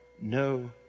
no